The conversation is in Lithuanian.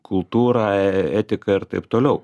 kultūrą etiką ir taip toliau